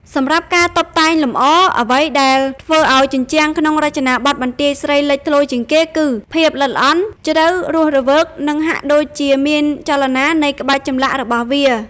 សម្រាប់់ការតុបតែងលម្អ អ្វីដែលធ្វើឱ្យជញ្ជាំងក្នុងរចនាបថបន្ទាយស្រីលេចធ្លោជាងគេ គឺ ភាពល្អិតល្អន់ ជ្រៅ រស់រវើក និងហាក់ដូចជាមានចលនា នៃក្បាច់ចម្លាក់របស់វា។